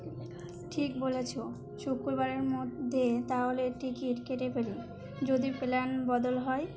ঠিক বলেছ শুক্রবারের মধ্যে তাহলে টিকিট কেটে ফেলি যদি প্ল্যান বদল হয়